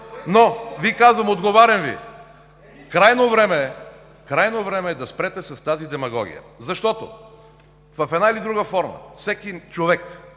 за България“.) Отговарям Ви: крайно време е да спрете с тази демагогия! Защото в една или друга форма всеки човек,